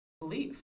belief